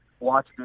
Watch